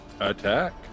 attack